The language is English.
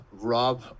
Rob